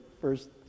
first